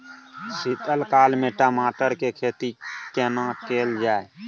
शीत काल में टमाटर के खेती केना कैल जाय?